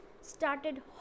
started